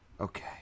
Okay